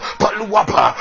paluapa